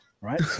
right